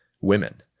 women